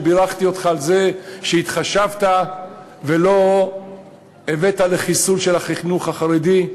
בירכתי אותך על זה שהתחשבת ולא הבאת לחיסול של החינוך החרדי.